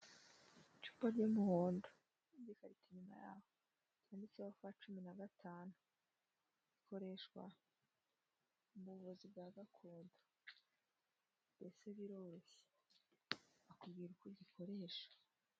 Icupa ry'umuhondo n'udukarito inyuma yaho cyanditseho fa cumi na gatanu. Ikoreshwa mu buvuzi bwa gakondo. Ndetse biroroshye bakubwira uko ugikoresha.